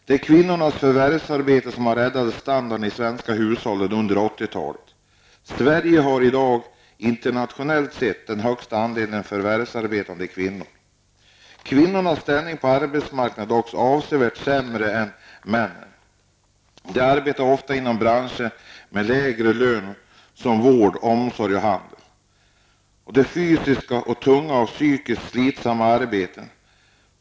Det är kvinnornas förvärvsarbete som har räddat standarden i de svenska hushållen under 80-talet. Sverige har i dag internationellt sett den högsta andelen förvärvsarbetande kvinnor. Kvinnornas ställning på arbetsmarknaden är dock avsevärt sämre än männens. De arbetar ofta inom branscher med lägre löner såsom vård, omsorg och handel. Och de arbetar ofta i fysiskt tunga och psykiskt slitsamma arbeten.